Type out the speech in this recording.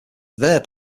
their